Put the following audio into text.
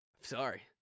sorry